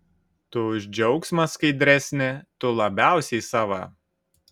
tu už džiaugsmą skaidresnė tu labiausiai sava